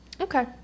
Okay